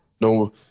no